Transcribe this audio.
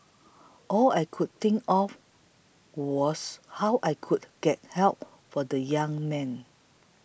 all I could think of was how I could get help for the young man